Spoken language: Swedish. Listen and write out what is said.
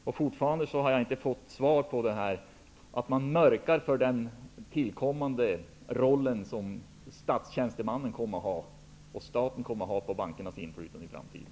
Jag har fortfarande inte fått svar på frågan om den mörkläggning som kommer att drabba staten i dess roll att utöva inflytande på bankerna i framtiden.